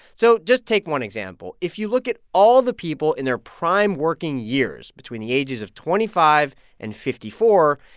so just take one example. if you look at all the people in their prime working years between the ages of twenty five and fifty four,